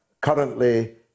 currently